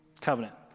covenant